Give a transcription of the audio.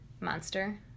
Monster